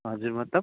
हजुर मतलब